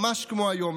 ממש כמו היום,